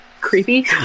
creepy